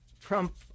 Trump